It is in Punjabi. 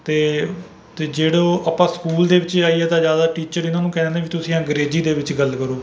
ਅਤੇ ਅਤੇ ਜਦੋਂ ਆਪਾਂ ਸਕੂਲ ਦੇ ਵਿੱਚ ਜਾਈਏ ਤਾਂ ਜ਼ਿਆਦਾ ਟੀਚਰ ਇਹਨਾਂ ਨੂੰ ਕਹਿ ਦਿੰਦੇ ਵੀ ਤੁਸੀਂ ਅੰਗਰੇਜ਼ੀ ਦੇ ਵਿੱਚ ਗੱਲ ਕਰੋ